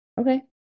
Okay